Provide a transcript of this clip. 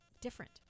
different